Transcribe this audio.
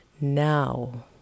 now